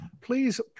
please